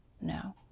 no